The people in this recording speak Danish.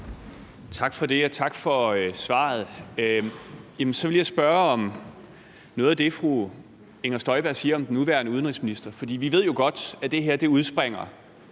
Tak for det, og tak for svaret. Så vil jeg spørge om noget af det, som fru Inger Støjberg siger om den nuværende udenrigsminister. For vi ved jo godt, at det her udspringer